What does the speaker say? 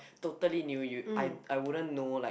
totally knew you I I wouldn't know like